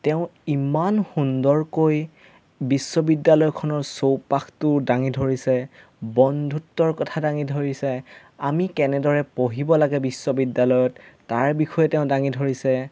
তেওঁ ইমান সুন্দৰকৈ বিশ্ববিদ্যালয়খনৰ চৌপাশটো দাঙি ধৰিছে বন্ধুত্বৰ কথা দাঙি ধৰিছে আমি কেনেদৰে পঢ়িব লাগে বিশ্ববিদ্যালয়ত তাৰ বিষয়ে তেওঁ দাঙি ধৰিছে